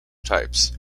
types